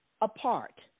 apart